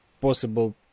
possible